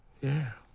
yeah.